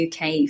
UK